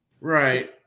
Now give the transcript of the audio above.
Right